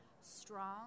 strong